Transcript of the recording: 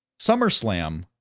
SummerSlam